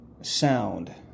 sound